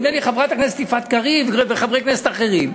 נדמה לי חברת הכנסת יפעת קריב וחברי כנסת אחרים,